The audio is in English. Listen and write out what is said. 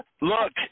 Look